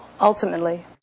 ultimately